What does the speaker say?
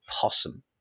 possum